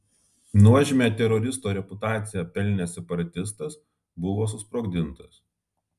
nuožmią teroristo reputaciją pelnęs separatistas buvo susprogdintas